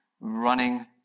running